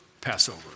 Passover